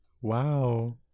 Wow